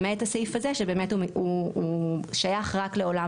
למעט הסעיף הזה שבאמת הוא שייך רק לעולם